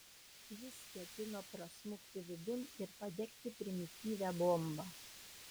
jis ketino prasmukti vidun ir padegti primityvią bombą